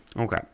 Okay